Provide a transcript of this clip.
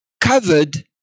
covered